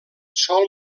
sol